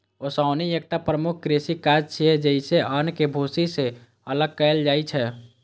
ओसौनी एकटा प्रमुख कृषि काज छियै, जइसे अन्न कें भूसी सं अलग कैल जाइ छै